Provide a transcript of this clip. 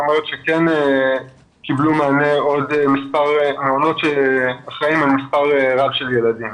זאת אומרת שכן קיבלו מענה מספר מעונות שאחראים על מספר רב של ילדים.